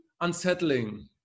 unsettling